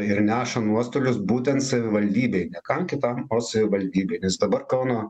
ir neša nuostolius būtent savivaldybei niekam kitam o savivaldybei nes dabar kauno